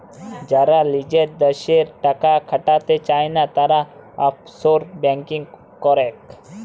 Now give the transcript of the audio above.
যারা লিজের দ্যাশে টাকা খাটাতে চায়না, তারা অফশোর ব্যাঙ্কিং করেক